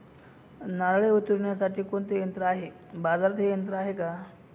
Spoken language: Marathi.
नारळे उतरविण्यासाठी कोणते यंत्र आहे? बाजारात हे यंत्र आहे का?